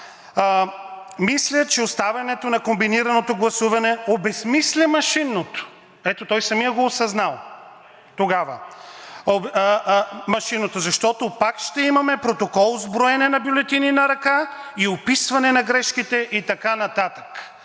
Мисля, че оставянето на комбинираното гласуване обезсмисля машинното. Ето той самият го е осъзнал тогава машинното, защото пак ще имаме протокол с броене на бюлетини на ръка и описване на грешките и така нататък.